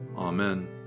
Amen